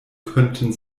könnten